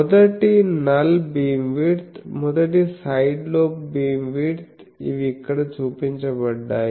మొదటి null beamwidth మొదటి side lobe beamwidth ఇవి ఇక్కడ చూపించబడ్డాయి